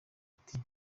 ati